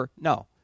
No